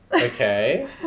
Okay